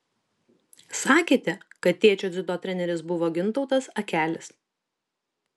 sakėte kad tėčio dziudo treneris buvo gintautas akelis